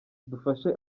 dufashe